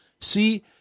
See